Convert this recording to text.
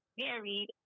married